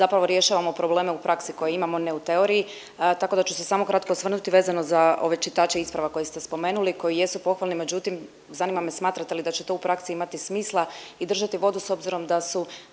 zapravo rješavamo probleme u praksi koje imamo, ne u teoriji, tako da ću se samo kratko osvrnuti vezano za ove čitače isprava koje ste spomenuli, koji jesu pohvalni, međutim zanima me smatrate li da će to u praksi imati smisla i držati vodu s obzirom da su